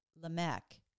Lamech